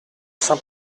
saint